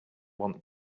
want